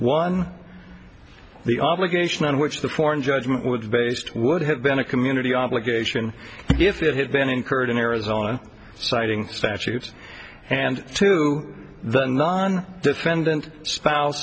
one the obligation on which the foreign judgment with based would have been a community obligation if it had been incurred in arizona citing statutes and to the non defendant spouse